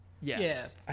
Yes